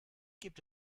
gibt